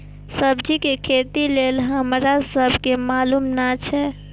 सब्जी के खेती लेल हमरा सब के मालुम न एछ?